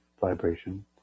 vibration